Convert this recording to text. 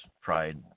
pride